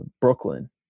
Brooklyn